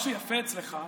מה שיפה אצלך,